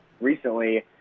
recently